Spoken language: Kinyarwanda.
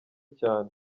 cyane